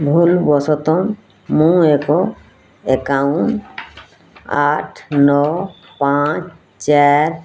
ଭୁଲବଶତଃ ମୁଁ ଏକ ଆକାଉଣ୍ଟ୍ ଆଠ ନଅ ପାଞ୍ଚ ଚାରି